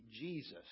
Jesus